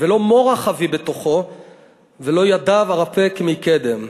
ולא מורך אביא בתוכו / ולא ידיו ארפה כמקדם"